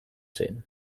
zen